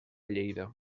lleida